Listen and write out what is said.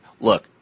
look